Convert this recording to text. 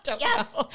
Yes